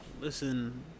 listen